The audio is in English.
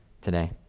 today